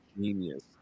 genius